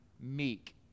meek